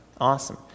awesome